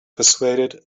persuaded